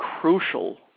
crucial